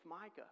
Micah